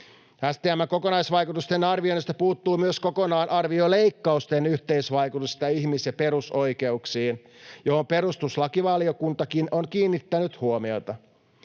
STM:n kokonaisvaikutusten arvioinnista puuttuu myös kokonaan arvio leikkausten yhteisvaikutuksista ihmis‑ ja perusoikeuksiin, mihin perustuslakivaliokuntakin on kiinnittänyt huomiota,